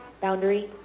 Boundary